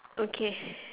okay